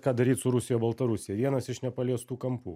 ką daryt su rusija baltarusija vienas iš nepaliestų kampų